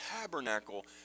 tabernacle